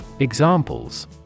Examples